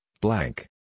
blank